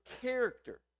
character